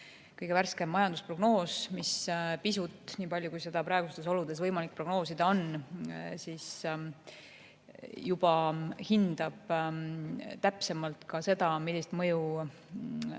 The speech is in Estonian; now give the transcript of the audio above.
kõige värskem majandusprognoos, mis pisut, nii palju kui seda praegustes oludes võimalik prognoosida on, hindab juba täpsemalt ka seda, millist mõju